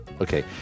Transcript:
Okay